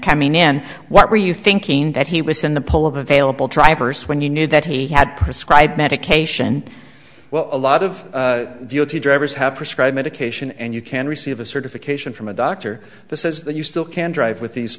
coming in what were you thinking that he was in the pull of available try first when you knew that he had prescribed medication well a lot of the o t drivers have prescribed medication and you can receive a certification from a doctor says that you still can drive with these